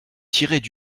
tiraient